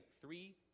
three